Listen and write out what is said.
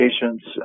patients